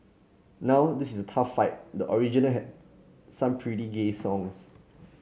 now this is a tough fight the original had some pretty gay songs